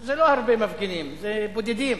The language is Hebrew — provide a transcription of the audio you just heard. זה לא הרבה מפגינים, זה בודדים.